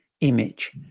image